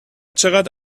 چقد